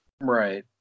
Right